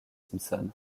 simpson